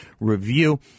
Review